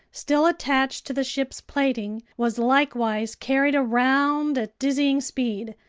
still attached to the ship's plating, was likewise carried around at dizzying speed.